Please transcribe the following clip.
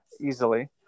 easily